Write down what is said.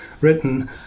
written